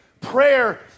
Prayer